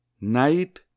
Night